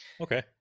Okay